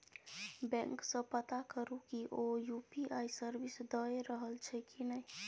bank सँ पता करु कि ओ यु.पी.आइ सर्विस दए रहल छै कि नहि